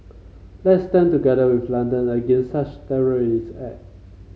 let's stand together with London against such terrorist act